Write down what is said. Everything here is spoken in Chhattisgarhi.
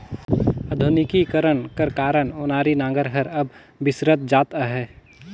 आधुनिकीकरन कर कारन ओनारी नांगर हर अब बिसरत जात अहे